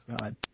God